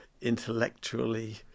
intellectually